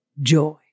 joy